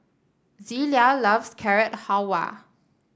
Zelia loves Carrot Halwa